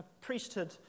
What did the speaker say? priesthood